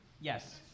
Yes